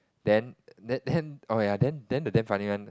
then then oh ya then the damn funny one